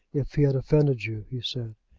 if he had offended you, he said.